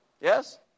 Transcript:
Yes